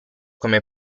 come